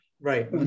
Right